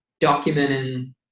documenting